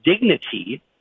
dignity